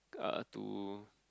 uh to